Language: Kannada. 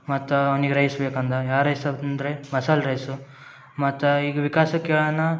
ಮತ್ತು ಅವ್ನಿಗೆ ರೈಸ್ ಬೇಕಂದು ಯಾವ ರೈಸ್ ಅಂದರೆ ಮಸಾಲೆ ರೈಸು ಮತ್ತು ಈಗ ವಿಕಾಸ್ಗೆ ಕೇಳೋಣ